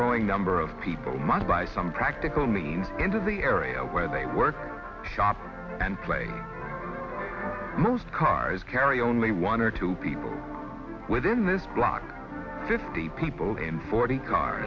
number of people must by some practical means enter the area where they work shop and play most cars carry only one or two people within this block fifty people in forty car